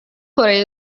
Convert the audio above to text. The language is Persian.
کره